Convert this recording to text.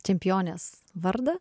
čempionės vardą